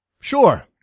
Sure